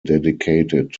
dedicated